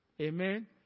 Amen